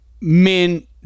men